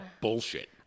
bullshit